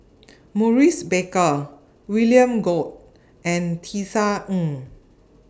Maurice Baker William Goode and Tisa Ng